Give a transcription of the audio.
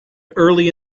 early